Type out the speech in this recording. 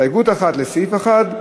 1 לסעיף 1,